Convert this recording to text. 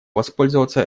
воспользоваться